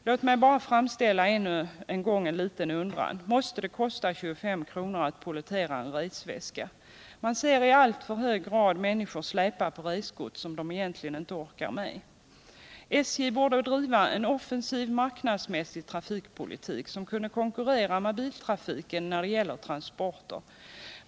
Låt mig bara ännu en gång framföra en liten undran: Måste det kosta 25 kr. att pollettera en resväska? Man ser i alltför stor utsträckning människor släpa på resgods som de egentligen inte orkar med. SJ borde driva en offensiv, marknadsmässig trafikpolitik, som kunde konkurrera med biltrafiken när det gäller transporter.